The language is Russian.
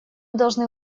должны